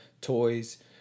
Toys